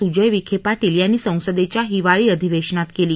सुजय विखे पार्शील यांनी संसदेच्या हिवाळी अधिवेशनात केली